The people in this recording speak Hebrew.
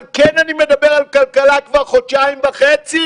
אבל כן אני מדבר על כלכלה כבר חודשיים וחצי.